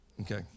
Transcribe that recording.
Okay